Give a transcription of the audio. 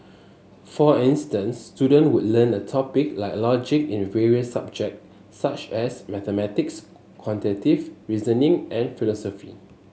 for instance student would learn a topic like logic in various subject such as mathematics quantitative reasoning and philosophy